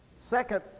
Second